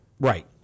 Right